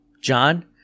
John